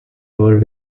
over